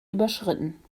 überschritten